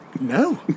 No